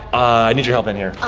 i need your help in here.